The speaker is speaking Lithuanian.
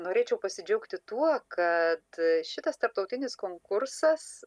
norėčiau pasidžiaugti tuo kad šitas tarptautinis konkursas